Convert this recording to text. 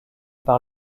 par